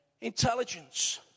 intelligence